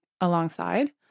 alongside